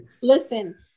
Listen